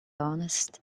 honest